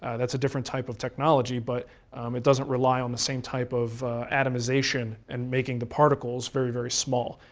that's a different type of technology, but it doesn't rely on the same type of atomization and making the particles very very small.